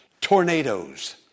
tornadoes